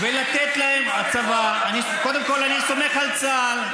ולתת להם, הצבא, קודם כול, אני סומך על צה"ל.